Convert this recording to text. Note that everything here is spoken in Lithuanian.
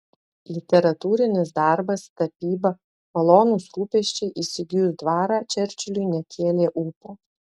literatūrinis darbas tapyba malonūs rūpesčiai įsigijus dvarą čerčiliui nekėlė ūpo